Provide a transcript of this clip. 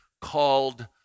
called